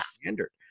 standard